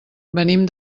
venim